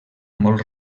molt